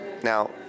Now